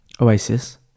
oasis